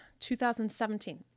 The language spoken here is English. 2017